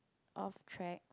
off track